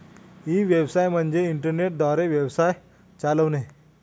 E व्यवसाय म्हणजे internet द्वारे व्यवसाय चालवणे